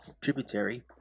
tributary